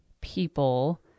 people